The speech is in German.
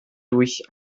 durch